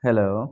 hello